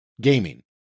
gaming